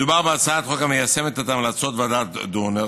מדובר בהצעת חוק המיישמת את המלצות ועדת דורנר.